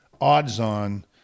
odds-on